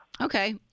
Okay